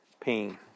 pain